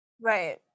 Right